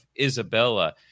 Isabella